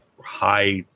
high